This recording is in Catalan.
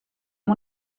amb